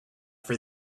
for